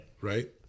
Right